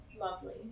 lovely